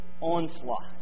onslaught